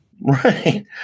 Right